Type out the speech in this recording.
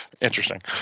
interesting